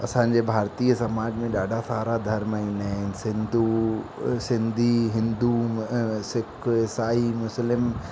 असांजे भारतीय समाज में ॾाढा सारा धर्म ईंदा आहिनि सिंधू सिंधी हिंदु सिख ईसाई मुस्लिम